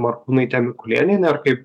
morkūnaitė mikulėnienė ar kaip